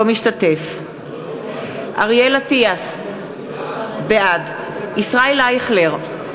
אינו משתתף בהצבעה אריאל אטיאס, בעד ישראל אייכלר,